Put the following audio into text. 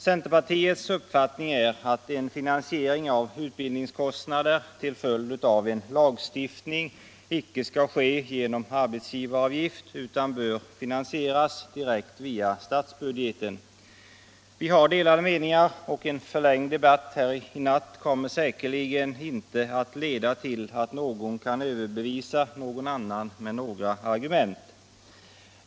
Centerpartiets uppfattning är att en finansiering av utbildningskostnader till följd av en lagstiftning icke skall ske genom arbetsgivaravgift, utan dessa kostnader bör finansieras direkt via statsbudgeten. Vi har delade meningar, och en förlängd debatt här i natt kommer säkerligen inte att leda till att någon kan överbevisa någon annan med några argument.